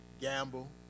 gamble